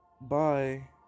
Bye